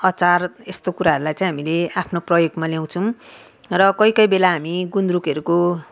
अचार यस्तो कुराहरूलाई चाहिँ हामीले आफ्नो प्रयोगमा ल्याउँछौँ र कोही कोही बेला हामी गुन्द्रुकहरूको